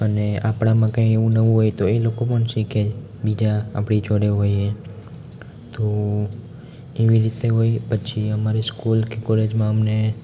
અને આપણામાં એવું કંઈ નવું હોય તો એ લોકો પણ શીખે બીજા આપણી જોડે હોય એ તો એવી રીતે હોય પછી અમારી સ્કૂલ કે કોલેજમાં અમને